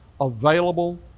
available